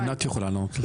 ענת יכולה לענות.